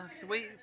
sweet